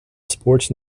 sports